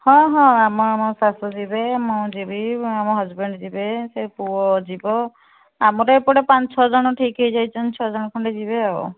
ହଁ ହଁ ଆମ ଆମ ଶାଶୂ ଯିବେ ମୁଁ ଯିବି ଆମ ହଜ୍ବ୍ୟାଣ୍ଡ ଯିବେ ସେ ପୁଅ ଯିବ ଆମର ଏପଟେ ପାଞ୍ଚ ଛଅ ଜଣ ଠିକ୍ ହେଇଯାଇଚନ୍ତି ଛଅ ଜଣ ଖଣ୍ଡେ ଯିବେ ଆଉ